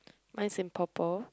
mine's in purple